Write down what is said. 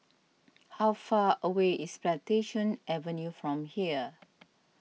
how far away is Plantation Avenue from here